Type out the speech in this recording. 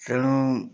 ତେଣୁ